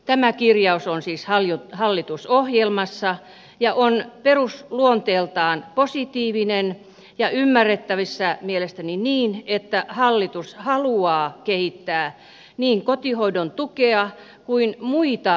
tämä kirjaus on siis hallitusohjelmassa ja on perusluonteeltaan positiivinen ja ymmärrettävissä mielestäni niin että hallitus haluaa kehittää niin kotihoidon tukea kuin muita varhaiskasvatuspalveluita